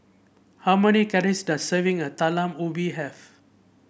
how many calories does serving a Talam Ubi have